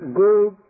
good